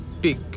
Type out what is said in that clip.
big